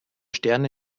sterne